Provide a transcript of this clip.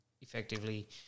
effectively